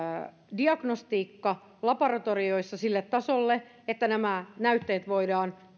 diagnostiikan laboratorioissa sille tasolle että nämä näytteet voidaan